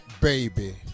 baby